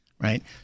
right